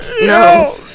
No